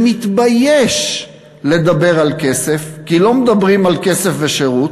שמתבייש לדבר על כסף, כי לא מדברים על כסף ושירות,